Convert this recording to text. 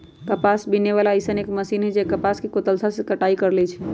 कपास बीने वाला अइसन एक मशीन है जे कपास के कुशलता से कटाई कर लेई छई